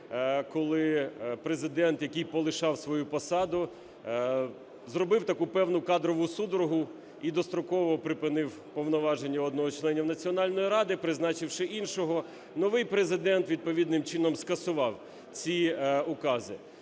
коли Президент, який полишав свою посаду, зробив таку певну кадрову судорогу і достроково припинив повноваження одного з членів Національної ради, призначивши іншого. Новий Президент відповідним чином скасував ці укази.